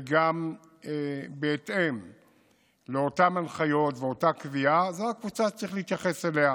וגם בהתאם לאותן הנחיות ואותה קביעה זו הקבוצה שצריך להתייחס אליה.